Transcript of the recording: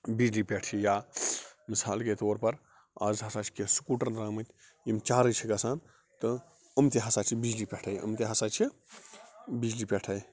بِجلی پٮ۪ٹھ چھِ یا مثال کے طور پر اَز ہَسا چھِ کیٚنٛہہ سِکوٹر درامٕتۍ یِم چارٕج چھِ گَژھان تہٕ یِم تہِ ہَسا چھِ بِجلی پٮ۪ٹھے یِم تہِ ہَسا چھِ بِجلی پٮ۪ٹھے